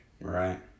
right